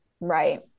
right